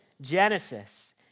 Genesis